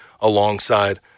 alongside